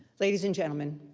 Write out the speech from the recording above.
ladies and gentlemen,